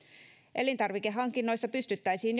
elintarvikehankinnoissa pystyttäisiin